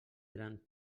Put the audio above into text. eren